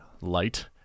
light